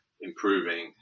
improving